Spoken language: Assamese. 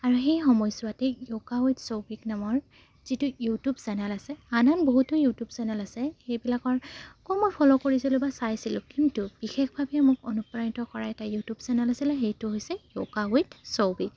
আৰু সেই সময়ছোৱতেই য়োগা উইথ শৌভিক নামৰ যিটো ইউটিউব চেনেল আছে আন আন বহুতো ইউটিউব চেনেল আছে সেইবিলাকৰ ক মই ফ'ল' কৰিছিলোঁ বা চাইছিলোঁ কিন্তু বিশেষভাৱে মোক অনুপ্ৰাণিত কৰা এটা ইউটিউব চেনেল আছিলে সেইটো হৈছে য়োগা উইথ শৌভিক